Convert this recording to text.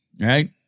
right